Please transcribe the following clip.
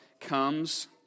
comes